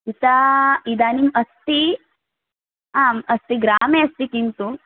सा इदानीम् अस्ति आम् अस्ति ग्रामे अस्ति किन्तु